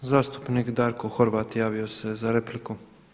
Zastupnik Darko Horvat javio se za repliku.